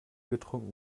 getrunken